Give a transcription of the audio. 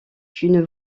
une